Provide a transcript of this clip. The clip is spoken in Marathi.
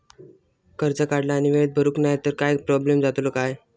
कर्ज काढला आणि वेळेत भरुक नाय तर काय प्रोब्लेम जातलो काय?